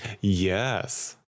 Yes